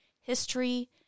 history—